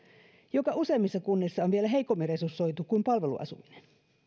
joka useimmissa kunnissa on vielä heikommin resursoitu kuin palveluasuminen lisäksi